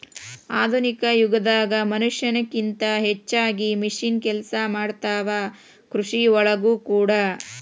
ಆಧುನಿಕ ಯುಗದಾಗ ಮನಷ್ಯಾನ ಕಿಂತ ಹೆಚಗಿ ಮಿಷನ್ ಕೆಲಸಾ ಮಾಡತಾವ ಕೃಷಿ ಒಳಗೂ ಕೂಡಾ